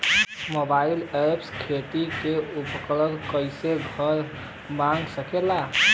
Mobile ऐपसे खेती के उपकरण कइसे घर मगा सकीला?